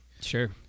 Sure